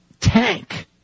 tank